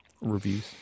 Reviews